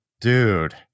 dude